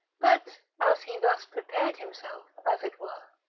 but, as he thus prepared himself, as it were,